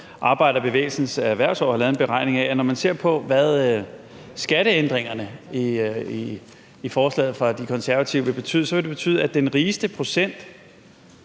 Arbejderbevægelsens Erhvervsråd har lavet en beregning af, nemlig at når man ser på, hvad skatteændringerne i forslaget fra De Konservative vil betyde, viser det, at det vil betyde, at den rigeste procent